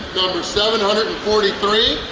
number seven hundred and forty three.